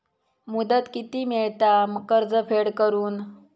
मुदत किती मेळता कर्ज फेड करून?